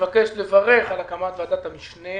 לברך על הקמת ועדת המשנה,